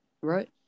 Right